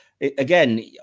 again